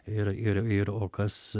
ir ir ir o kas